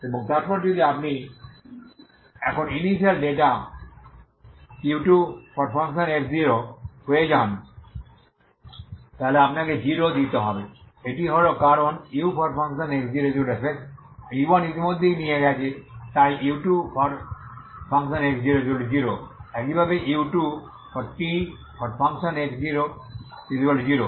এবং তারপর যদি আপনি এখন ইনিশিয়াল ডেটা u2x0হয়ে যান তাহলে আপনাকে জিরো দিতে হবে এটি হল কারণ ux0f যা u1 ইতিমধ্যেই নিয়ে গেছে তাই u2x00 একইভাবে u2tx00